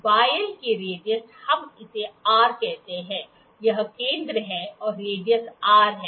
vial की radius हम इसे R कहते हैं यह केंद्र है और रेडियस R है